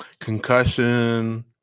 concussion